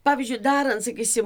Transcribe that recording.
pavyzdžiui darant sakysim